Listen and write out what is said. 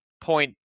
point